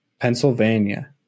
Pennsylvania